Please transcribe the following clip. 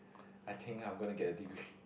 I think I'm gonna get a degree